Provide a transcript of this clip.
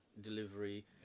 Delivery